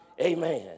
Amen